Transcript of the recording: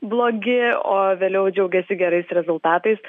blogi o vėliau džiaugiasi gerais rezultatais